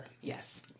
Yes